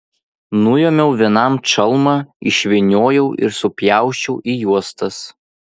nuėmiau vienam čalmą išvyniojau ir supjausčiau į juostas